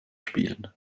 spielen